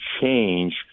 change